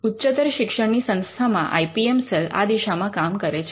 ઉચ્ચતર શિક્ષણની સંસ્થામાં આઇ પી એમ સેલ આ દિશા માં કામ કરે છે